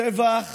השבח